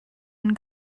and